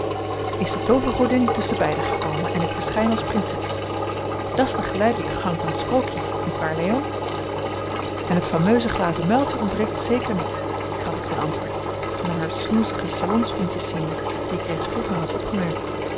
is de toovergodin tusschenbeide gekomen en ik verschijn als prinses dat's de geleidelijke gang van het sprookje niet waar leo en het fameuse glazen muiltje ontbreekt zeker niet gaf ik ten antwoord naar hare snoezige salonschoentjes ziende die ik reeds vroeger had opgemerkt